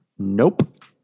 Nope